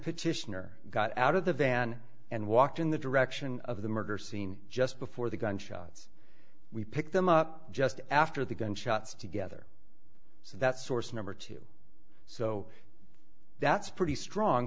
petitioner got out of the van and walked in the direction of the murder scene just before the gunshots we picked them up just after the gunshots together so that source number two so that's pretty strong